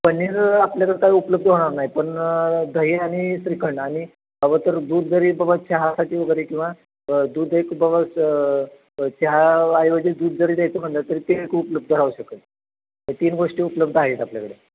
पनीर आपल्याकडं काय उपलब्ध होणार नाही पण दही आणि श्रीखंड आणि हवं तर दूध जरी बाबा चहासाठी वगैरे किंवा दूध एक बाबा च चहा ऐवजी दूध जरी द्यायचं म्हणलं तरी ते एक उपलब्ध राहू शकेल या तीन गोष्टी उपलब्ध आहेत आपल्याकडं